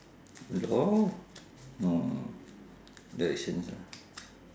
law no no no directions ah